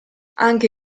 anche